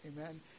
Amen